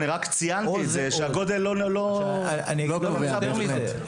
אני רק ציינתי שהגודל הוא לא --- יתרה מזאת,